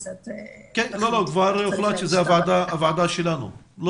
כבר הוחלט שזו הוועדה לזכויות הילד.